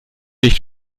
nicht